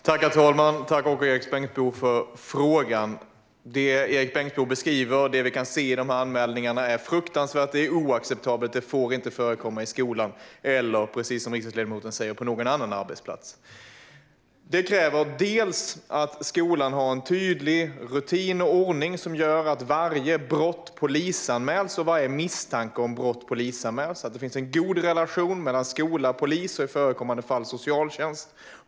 Herr talman! Tack för frågan, Erik Bengtzboe! Det Erik Bengtzboe beskriver och som vi kan se i anmälningarna är fruktansvärt. Det är oacceptabelt. Det får inte förekomma i skolan eller på någon annan arbetsplats, precis som riksdagsledamoten säger. Det krävs att skolan har en tydlig rutin och ordning som innebär att varje brott och varje misstanke om brott polisanmäls. Det ska finnas en god relation mellan skola och polis och i förekommande fall socialtjänst.